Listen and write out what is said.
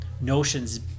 notions